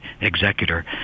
executor